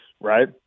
right